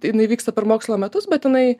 jinai vyksta per mokslo metus bet jinai